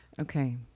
Okay